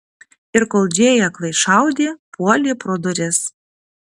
ir kol džėja aklai šaudė puolė pro duris